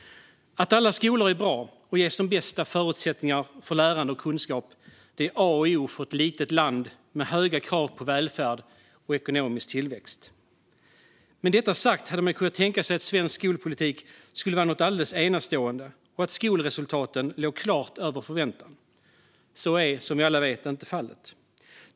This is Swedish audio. Att alla skolor är bra och ges de bästa förutsättningarna för lärande och kunskap är A och O för ett litet land med höga krav på välfärd och ekonomisk tillväxt. Med detta sagt hade man kunnat tänka sig att svensk skolpolitik skulle vara något alldeles enastående och att skolresultaten skulle ligga klart över förväntan. Så är, som vi alla vet, inte fallet.